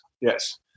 yes